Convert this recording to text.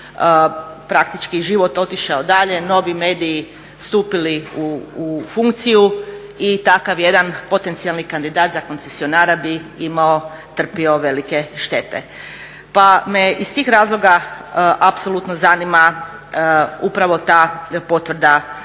praktički život otišao dalje, novi mediji stupili u funkciju i takav jedan potencijalni kandidat za koncesionara bi imao, trpio velike štete. Pa me iz tih razloga apsolutno zanima upravo ta potvrda odluka